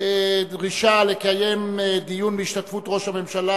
דרישה לקיים דיון בהשתתפות ראש הממשלה